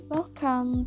Welcome